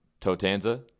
Totanza